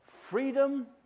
freedom